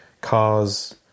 cars